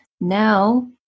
Now